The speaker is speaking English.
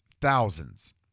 Thousands